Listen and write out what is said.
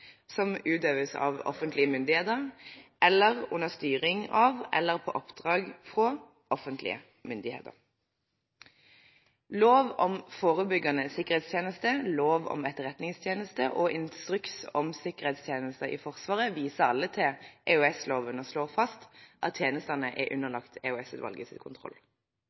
som utøves av offentlige myndigheter, eller under styring av eller på oppdrag fra offentlige myndigheter. Lov om forebyggende sikkerhetstjeneste, lov om Etterretningstjenesten og instruks om sikkerhetstjeneste i Forsvaret viser alle til EOS-loven og slår fast at tjenestene er underlagt EOS-utvalgets kontroll.